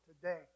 today